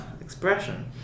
expression